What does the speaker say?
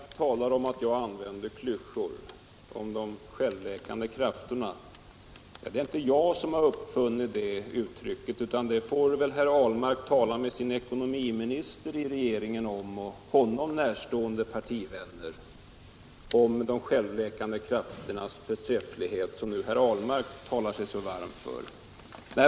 Herr talman! Arbetsmarknadsministern Ahlmark talar om att jag använder klyschor som ”de självläkande krafterna”. Det är inte jag som har uppfunnit det uttrycket. Herr Ahlmark får väl tala med ekonomiministern och honom närstående partivänner i regeringen om de självläkande krafternas förträfflighet, som herr Ahlmark nu talar sig så varm för.